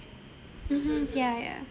mmhmm ya ya